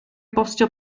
bostio